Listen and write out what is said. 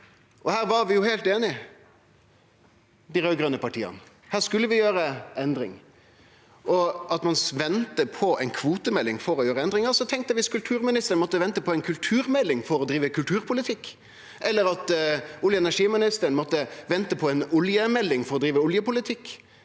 Her var vi jo heilt einige, dei raud-grøne partia. Her skulle vi gjere endringar. Og nå ventar ein på ei kvotemelding for å gjere endringar. Tenk om kulturministeren måtte vente på ei kulturmelding for å drive kulturpolitikk, om olje- og energiministeren måtte vente på ei oljemelding for å drive oljepolitikk,